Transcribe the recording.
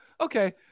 Okay